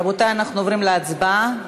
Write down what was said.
רבותי, אנחנו עוברים להצבעה.